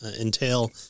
entail